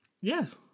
Yes